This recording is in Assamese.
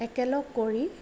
একেলগ কৰি